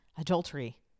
adultery